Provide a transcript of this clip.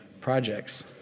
projects